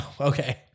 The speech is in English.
Okay